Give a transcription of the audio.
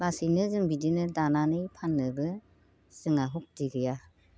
लासैनो जों बिदिनो दानानै फाननोबो जोंहा शक्ति गैया